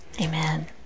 Amen